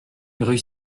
rue